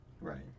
right